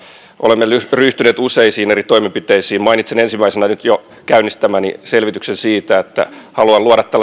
olemme ryhtyneet useisiin eri toimenpiteisiin mainitsen ensimmäisenä nyt jo käynnistämäni selvityksen siitä että haluan luoda